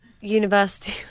university